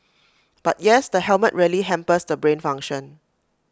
but yes the helmet really hampers the brain function